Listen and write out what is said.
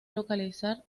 localizar